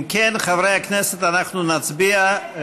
אם כן, חברי הכנסת, אנחנו נצביע.